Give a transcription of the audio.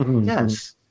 Yes